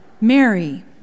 Mary